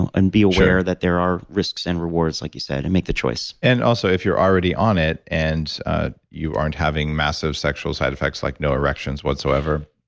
and and be aware that there are risks and rewards, like you said, and make the choice also, if you're already on it and ah you aren't having massive sexual side effects like no erections whatsoever,